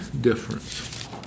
difference